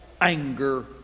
anger